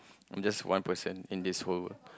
I'm just one person in this whole world